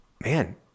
Man